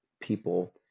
people